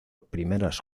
primeras